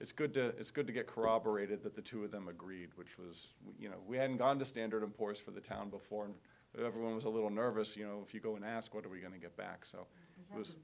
it's good to it's good to get corroborated that the two of them agreed which was you know we hadn't gone to standard and poor's for the town before and everyone was a little nervous you know if you go and ask what are we going to get back so it was